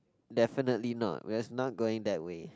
definitely not we're not going that way